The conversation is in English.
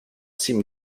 seem